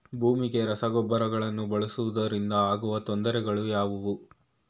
ಭೂಮಿಗೆ ರಸಗೊಬ್ಬರಗಳನ್ನು ಬಳಸುವುದರಿಂದ ಆಗುವ ತೊಂದರೆಗಳು ಯಾವುವು?